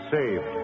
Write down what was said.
saved